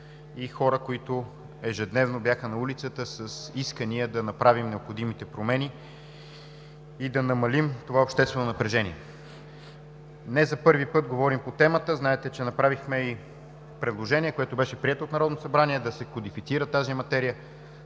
и хора, които ежедневно бяха на улицата с искания да направим необходимите промени и да намалим това обществено напрежение. Не за първи път говорим по темата – знаете, че направихме и предложение, което беше прието от Народното събрание, да се кодифицира тази материя,